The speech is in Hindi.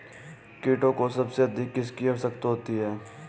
कीटों को सबसे अधिक किसकी आवश्यकता होती है?